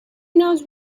knows